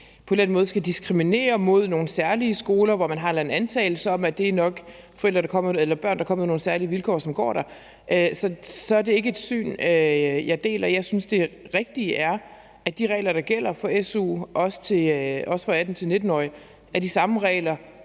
på en eller anden måde skal diskriminere mod nogle særlige skoler, som man har en eller anden antagelse om nok er børn, der kommer fra nogle særlige vilkår, som går på, er det ikke et syn, jeg deler. Jeg synes, det rigtige er, at de regler, der gælder for su, også for 18-19-årige, er de samme regler,